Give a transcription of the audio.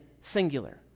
singular